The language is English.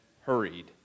hurried